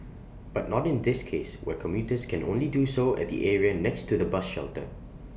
but not in this case where commuters can only do so at the area next to the bus shelter